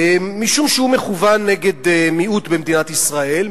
משום שהוא מכוון נגד מיעוט במדינת ישראל,